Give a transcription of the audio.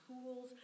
schools